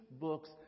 books